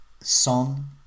Son